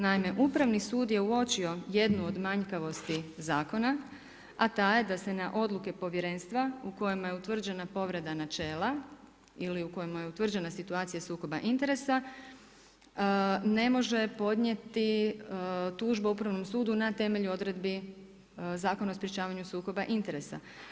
Naime, Upravni sud, je uočio jednu od manjkavosti zakona, a taj je da se na odluke povjerenstva, u kojemu je utvrđena povreda načela ili u kojima je utvrđena situacija sukoba interesa, ne može podnijeti tužba Upravnom sudu na temelju odredbi Zakona o sprječavanju sukoba interesa.